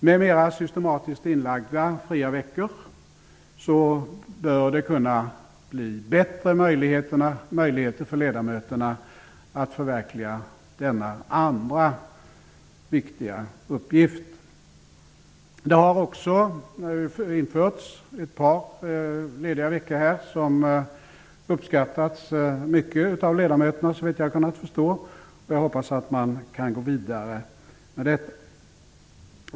Med mer systematiskt inlagda fria veckor bör riksdagsledamöterna få bättre möjligheter att förverkliga denna andra viktiga uppgift. Det har också införts ett par lediga veckor, som såvitt jag har kunnat förstå har uppskattats mycket av ledamöterna. Jag hoppas att man kan gå vidare med detta.